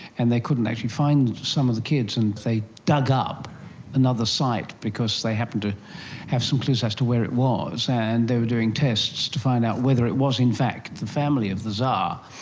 and they couldn't actually find some of the kids, and they dug up another site because they happened to have some clues as to where it was, and they were doing tests to find out whether it was in fact the family of the tzar. ah